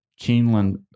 Keeneland